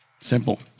Simple